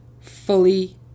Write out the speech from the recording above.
fully